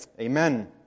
Amen